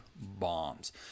bombs